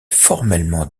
formellement